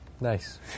Nice